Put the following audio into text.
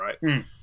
right